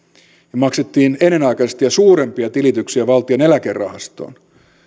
ja maksettiin ennenaikaisesti ja suurempia tilityksiä valtion eläkerahastoon